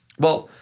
well,